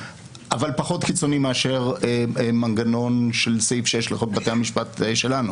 אבל פחות קיצוני מאשר מנגנון של סעיף שיש לחוק בתי המשפט שלנו.